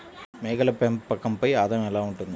మేకల పెంపకంపై ఆదాయం ఎలా ఉంటుంది?